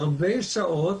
הרבה שעות.